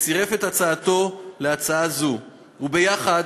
וצירף את הצעתו להצעה זו, וביחד,